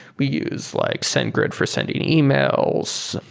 we use like sendgrid for sending emails.